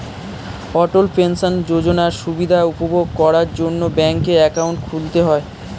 অটল pension যোজনার সুবিধা উপভোগ করার জন্যে ব্যাংকে অ্যাকাউন্ট খুলতে হয়